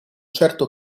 certo